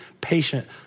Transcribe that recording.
patient